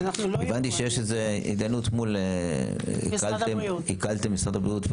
הבנתי שיש הידיינות מול משרד הבריאות.